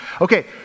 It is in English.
Okay